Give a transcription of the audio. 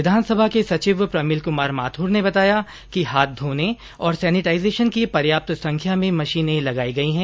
विधानसभा के सचिव प्रमिल कुमार माथुर ने बताया कि हाथ धोने और सैनेटाइजेशन की पर्याप्त संख्या में मशीनें लगाई गई है